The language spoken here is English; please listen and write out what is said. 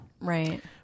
Right